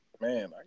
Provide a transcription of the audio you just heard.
man